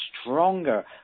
stronger